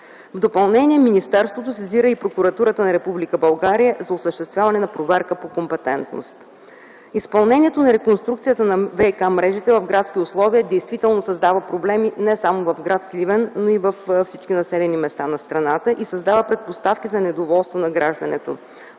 В допълнение министерството сезира и прокуратурата на Република България за осъществяване на проверка по компетентност. Изпълнението на реконструкцията на ВиК-мрежата в градски условия действително създава проблеми не само в гр. Сливен, но и във всички населени места на страната и създава предпоставки за недоволство на гражданите.